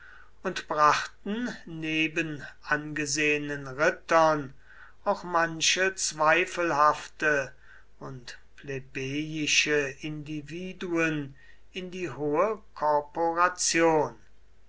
und brachten neben angesehenen rittern auch manche zweifelhafte und plebejische individuen in die hohe korporation